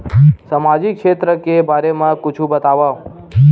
सामाजिक क्षेत्र के बारे मा कुछु बतावव?